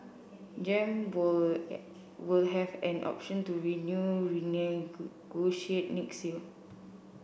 Gem will have an option to renew next year